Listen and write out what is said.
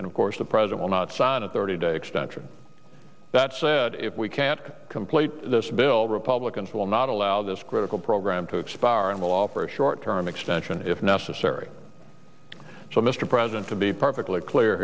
and of course the president will not sign a thirty day extension that said if we can't complete this bill republicans will not allow this critical program to expire and will offer a short term extension if necessary so mr president to be perfectly clear